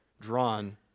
drawn